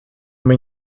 uma